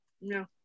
no